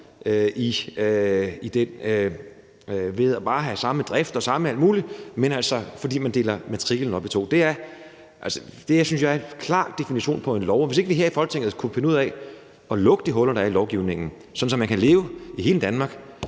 om de bare har samme drift og samme alt muligt, fordi de altså deler matriklen op i to. Det her synes jeg er en klar definition på et hul i loven, og hvis vi ikke her i Folketinget skulle kunne finde ud af at lukke de huller, der er i lovgivningen, sådan at man kan leve i hele Danmark